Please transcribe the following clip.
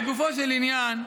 לגופו של עניין,